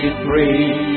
free